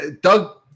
Doug